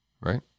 right